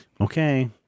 Okay